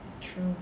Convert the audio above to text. true